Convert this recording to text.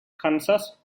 kansas